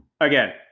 Again